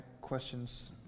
questions